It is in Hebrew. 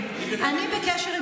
וזאת יכולת מדהימה בפני עצמה.